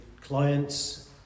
clients